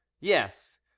Yes